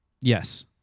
Yes